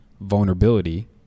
Vulnerability